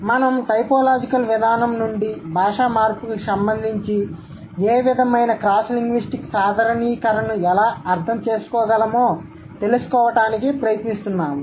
మేము టైపోలాజికల్ విధానం నుండి భాషా మార్పుకు సంబంధించి ఏ విధమైన క్రాస్ లింగ్విస్టిక్ సాధారణీకరణను ఎలా అర్ధం చేసుకోగలమో తెలుసుకోవడానికి ప్రయత్నిస్తున్నాము